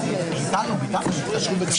רב, אני